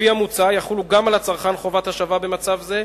לפי המוצע יחולו גם על הצרכן חובת השבה במצב זה,